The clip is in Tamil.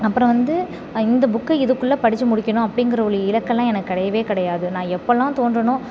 அப்புறம் வந்து இந்த புக்கு இதுக்குள்ளே படிச்சு முடிக்கணும் அப்படிங்கிற ஒரு இலக்குலாம் எனக்கு கிடையவே கிடையாது நான் எப்போலான் தோன்றனோ